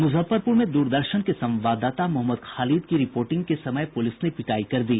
मुजफ्फरपुर में दूरदर्शन के संवाददाता मोहम्मद खालिद की रिपोर्टिंग के समय पुलिस ने पिटायी कर दी